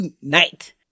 tonight